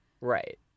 Right